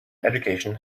education